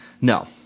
No